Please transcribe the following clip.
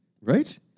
Right